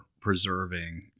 preserving